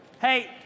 Hey